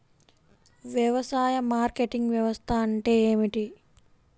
వ్యవసాయ మార్కెటింగ్ వ్యవస్థ అంటే ఏమిటి?